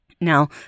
Now